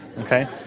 Okay